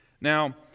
now